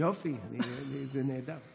יופי, זה נהדר.